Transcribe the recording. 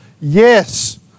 Yes